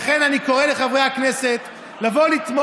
לכן אני קורא לחברי הכנסת לתמוך,